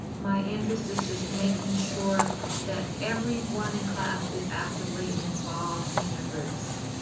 my interest is just making sure that everyone in class is actively involved in their groups.